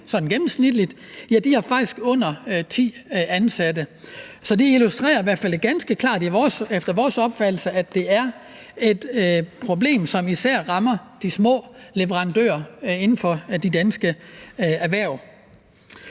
sådan gennemsnitligt, har de faktisk under ti ansatte. Så det illustrerer i hvert fald ganske klart efter vores opfattelse, at det er et problem, som især rammer de små leverandører inden for de danske erhverv.